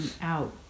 out